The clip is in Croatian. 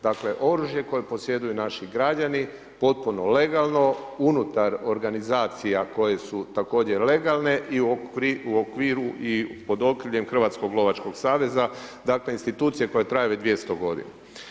Dakle, oružje koje posjeduju naši građani potpuno legalno unutar organizacija koje su također legalne i u okviru i pod okriljem Hrvatskog lovačkog saveza, dakle institucije koja traje već 200 godina.